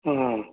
ହଁ